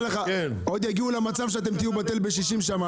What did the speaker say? עוד יגיעו למצב שאתם תהיו בטל בשישים שם,